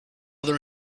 their